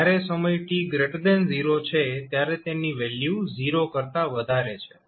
જયારે સમય t 0 છે ત્યારે તેની વેલ્યુ 0 કરતાં વધારે છે